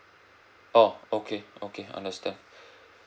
oh okay okay understand